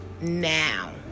now